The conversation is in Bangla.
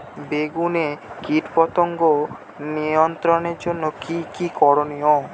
বেগুনে কীটপতঙ্গ নিয়ন্ত্রণের জন্য কি কী করনীয়?